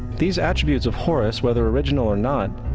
these attributes of horus, whether original or not,